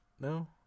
No